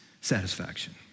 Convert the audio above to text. satisfaction